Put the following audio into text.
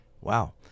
Wow